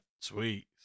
Sweet